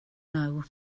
know